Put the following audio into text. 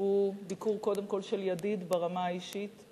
הוא ביקור קודם כול של ידיד ברמה האישית,